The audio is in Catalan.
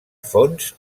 fonts